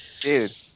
dude